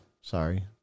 sorry